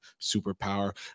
superpower